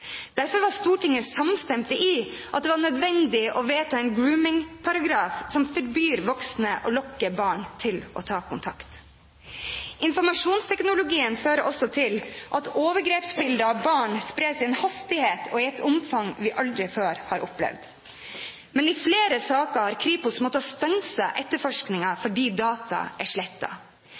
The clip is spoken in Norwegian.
Derfor samstemte Stortinget i at det var nødvendig å vedta en «grooming-paragraf» som forbyr voksne å lokke barn til å ta kontakt. Informasjonsteknologien fører også til at overgrepsbilder av barn spres i en hastighet og i et omfang vi aldri før har opplevd. Men i flere saker har Kripos måttet stanse etterforskningen fordi data er